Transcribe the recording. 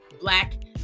black